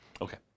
Okay